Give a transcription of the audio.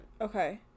Okay